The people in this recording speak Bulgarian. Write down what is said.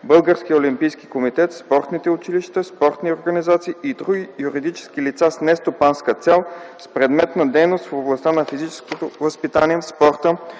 Българския олимпийски комитет, спортните училища, спортни организации и други юридически лица с нестопанска цел с предмет на дейност в областта на физическото възпитание, спорта